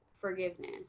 forgiveness